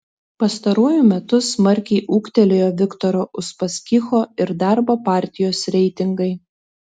pastaruoju metu smarkiai ūgtelėjo viktoro uspaskicho ir darbo partijos reitingai